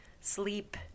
sleep